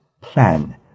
plan